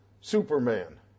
superman